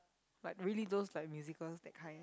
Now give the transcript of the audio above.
like really those like musical that kind